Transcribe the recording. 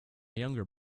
younger